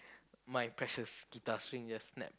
my precious guitar string just snapped